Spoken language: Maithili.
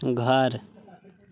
घर